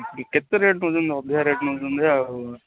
କେତେ ରେଟ୍ ନେଉଛନ୍ତି ଅଧିକା ରେଟ୍ ନେଉଛନ୍ତି ଆଉ